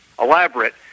elaborate